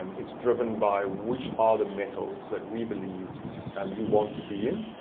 it's driven by which are the metals that we believe um you want to be in,